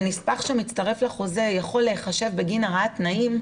ונספח שמצטרף לחוזה יכול להיחשב בגין הרעת תנאים,